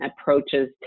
approaches